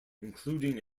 including